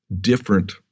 different